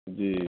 जी